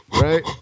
Right